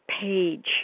page